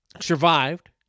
survived